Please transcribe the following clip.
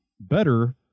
better